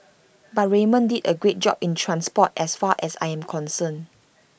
but Raymond did A great job in transport as far as I am concerned